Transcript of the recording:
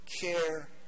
care